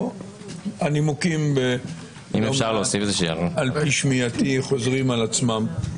הנימוקים על פי שמיעתי חוזרים על עצמם.